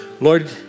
Lord